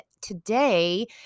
today